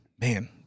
man